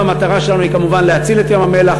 המטרה שלנו היא כמובן להציל את ים-המלח,